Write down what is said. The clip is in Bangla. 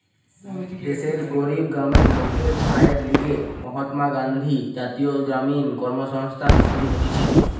দেশের গরিব গ্রামের লোকের আয়ের লিগে মহাত্মা গান্ধী জাতীয় গ্রামীণ কর্মসংস্থান শুরু হতিছে